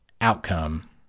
outcome